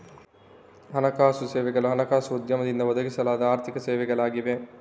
ಹಣಕಾಸು ಸೇವೆಗಳು ಹಣಕಾಸು ಉದ್ಯಮದಿಂದ ಒದಗಿಸಲಾದ ಆರ್ಥಿಕ ಸೇವೆಗಳಾಗಿವೆ